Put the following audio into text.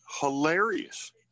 hilarious